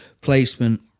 placement